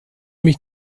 mich